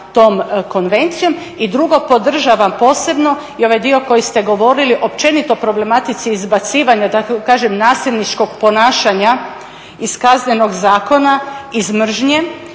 tom konvencijom. I drugo podržavam posebno i ovaj dio koji ste govorili općenito problematici izbacivanja da tako kažem nasilničkog ponašanja iz Kaznenog zakona iz mržnje